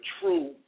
true